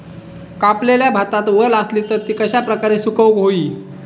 कापलेल्या भातात वल आसली तर ती कश्या प्रकारे सुकौक होई?